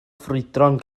ffrwydron